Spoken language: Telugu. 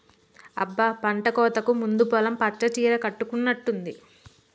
అబ్బ పంటకోతకు ముందు పొలం పచ్చ సీర కట్టుకున్నట్టుంది